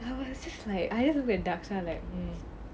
I was just like waiting for dharsha like